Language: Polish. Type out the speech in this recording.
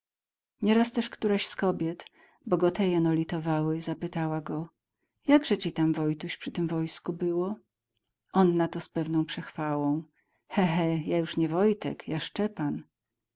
nieraz też któraś z kobiet bo go te jeno litowały zapytała go jakże ci tam wojtuś przy tem wojsku było on na to z pewną przechwalą he he ja już nie wojtek ja szczepan